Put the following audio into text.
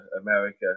America